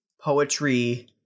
poetry